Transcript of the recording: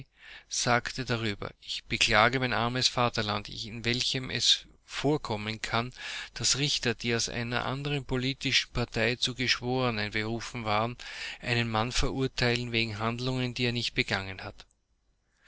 sagt darüber ich beklage mein armes vaterland in welchem es vorkommen kann daß richter die aus einer anderen politischen partei zu geschworenen berufen waren einen mann verurteilen wegen handlungen die er nicht begangen hat